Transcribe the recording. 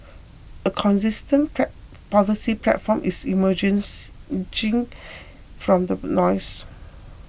a consistent policy platform is emergence from the noise